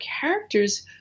characters